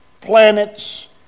planets